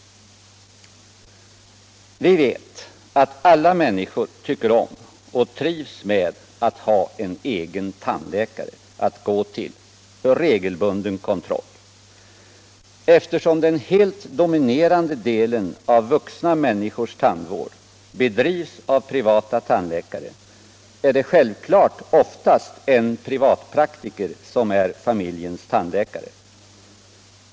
Vi vet att alla människor tycker om och trivs med att ha en ”egen” tandläkare att gå till för regelbunden kontroll. Eftersom den helt dominerande delen av vuxna människors tandvård bedrivs av privata tandläkare, är det självfallet oftast en privatpraktiker som är familjens tandläkare.